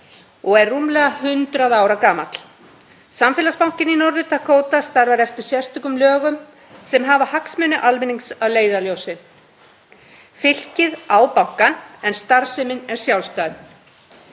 og er rúmlega 100 ára gamall. Samfélagsbankinn í Norður-Dakóta starfar eftir sérstökum lögum sem hafa hagsmuni almennings að leiðarljósi. Fylkið á bankann en starfsemin er sjálfstæð.